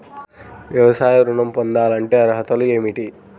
వ్యవసాయ ఋణం పొందాలంటే అర్హతలు ఏమిటి?